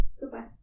goodbye